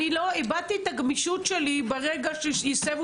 אני איבדתי את הגמישות שלי ברגע שהסבו